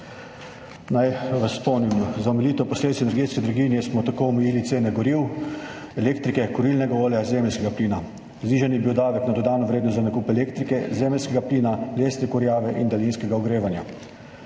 Naj vas spomnim, za omilitev posledic energetske draginje smo tako omejili cene goriv, elektrike, kurilnega olja, zemeljskega plina, znižan je bil davek na dodano vrednost za nakup elektrike, zemeljskega plina, lesne kurjave in daljinskega ogrevanja.